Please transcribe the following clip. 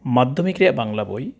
ᱢᱟᱫᱽᱫᱷᱚᱢᱤᱠ ᱨᱮᱭᱟᱜ ᱵᱟᱝᱞᱟ ᱵᱳᱭ